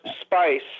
spice